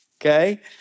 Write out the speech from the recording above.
okay